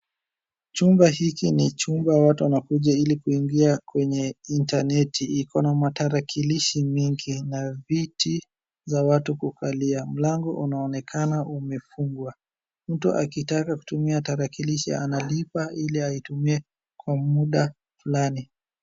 Chumba hiki ni chumba watu wanakuja ili kuingia kwenye intaneti Iko na matarakirishi mengi na viti za watu kukalia. Mlango unaonekana umefungwa. Mtu akitaka kutumia tarakirishi analipa ili aitumie kwa muda fulani.